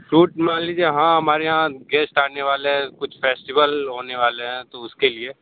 fruit मान लीजिए हाँ हमारे यहाँ गेस्ट आने वाले हैं कुछ फेस्टिवल होने वाले हैं तो उसके लिए